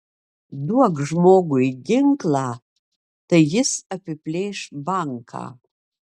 duok žmogui ginklą tai jis apiplėš banką